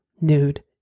nude